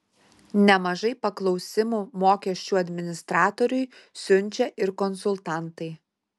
nemažai paklausimų mokesčių administratoriui siunčia ir konsultantai